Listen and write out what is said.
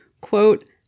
quote